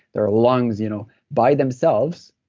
there are lungs. you know by themselves,